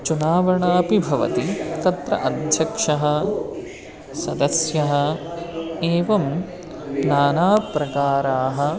चुनावणापि भवति तत्र अध्यक्षः सदस्यः एवं नानाप्रकाराः